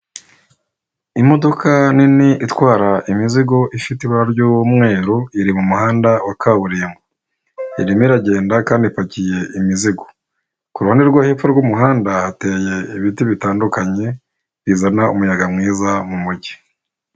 Imodoka nini itwara imizigo ifite ibara ry'umweru iri mu muhanda wa kaburimbo, irimo iragenda kandi ipakiye imizigo, ku ruhande rwo hepfo rw'umuhanda hateye ibiti bitandukanye bizana umuyaga mwiza mu mujyi.